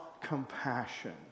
compassion